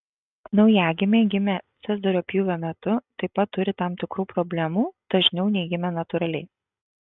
naujagimiai gimę cezario pjūvio metu taip pat turi tam tikrų problemų dažniau nei gimę natūraliai